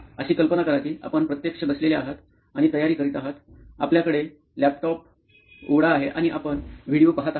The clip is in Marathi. अशी कल्पना करा की आपण प्रत्यक्ष बसलेले आहात आणि तयारी करीत आहात आपल्याकडे लॅपटॉप उघडा आहे आणि आपण व्हिडिओ पहात आहात